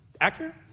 accurate